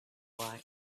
why